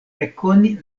rekoni